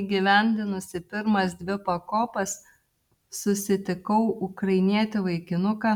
įgyvendinusi pirmas dvi pakopas susitikau ukrainietį vaikinuką